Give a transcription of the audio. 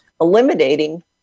eliminating